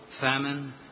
famine